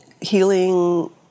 healing